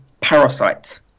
Parasite